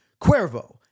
Cuervo